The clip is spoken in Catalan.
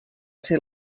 ser